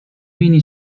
بینی